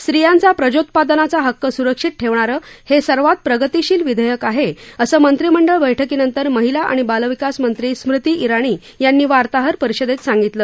स्त्रियांचा प्रजोत्पा नाचा हक्क सुरक्षित ठेवणारं हे सर्वात प्रगतिशील विधेयक आहे असं मंत्रिमंडळ बैठकीनंतर माहिला आणि बालविकास मंत्री स्मृती इराणी यांनी वार्ताहर परिषप्रेत सांगितलं